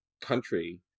country